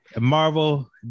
marvel